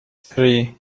three